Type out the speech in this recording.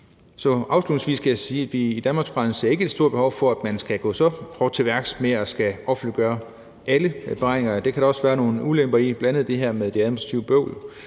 Afslutningsvis skal jeg sige, at vi i Danmarksdemokraterne ikke ser et stort behov for, at man skal gå så hårdt til værks med at skulle offentliggøre alle beregninger, for det kan der også være nogle ulemper i, bl.a. det her med det administrative bøvl.